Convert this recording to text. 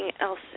else